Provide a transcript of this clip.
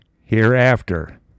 hereafter